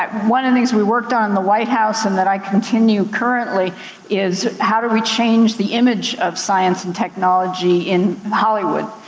um one of the things we worked on in the white house and that i continue currently is how do we change the image of science and technology in hollywood?